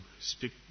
speak